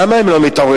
למה הם לא מתעוררים?